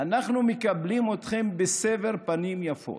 אנחנו מקבלים אתכם בסבר פנים יפות,